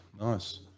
nice